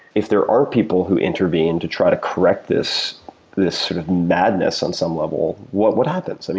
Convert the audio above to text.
if there are people who intervene to try to correct this this sort of madness on some level, what what happens? and